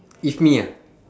if me ah